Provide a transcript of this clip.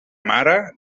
mare